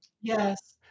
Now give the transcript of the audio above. Yes